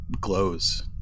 glows